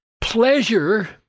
Pleasure